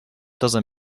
doesn’t